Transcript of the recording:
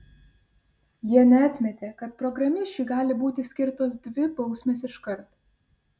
jie neatmetė kad programišiui gali būti skirtos dvi bausmės iškart